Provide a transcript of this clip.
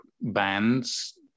bands